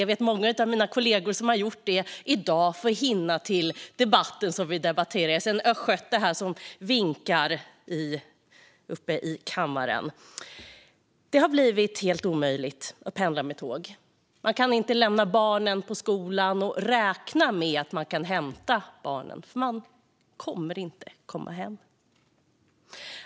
Jag vet många av mina kollegor som har gjort det i dag för att hinna till debatten vi nu har - jag ser en östgöte som vinkar ute i kammaren. Det har blivit helt omöjligt att pendla med tåg. Man kan inte lämna barnen på skolan och räkna med att man kan hämta dem, för man vet inte när man kommer hem.